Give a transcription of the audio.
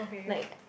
like